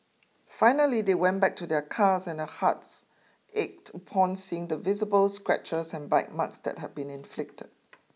finally they went back to their cars and their hearts ached upon seeing the visible scratches and bite marks that had been inflicted